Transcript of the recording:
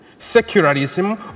secularism